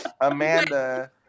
Amanda